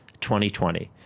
2020